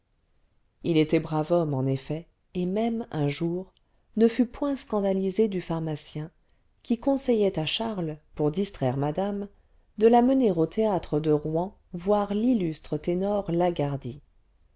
il était brave homme en effet et même un jour ne fut point scandalisé du pharmacien qui conseillait à charles pour distraire madame de la mener au théâtre de rouen voir l'illustre ténor